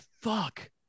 fuck